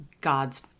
God's